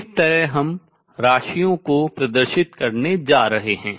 इस तरह हम राशियों को प्रदर्शित करने जा रहे हैं